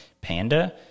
panda